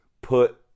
put